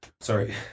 Sorry